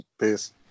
Peace